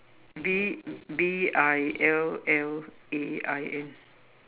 V V I L L A I N